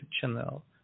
channel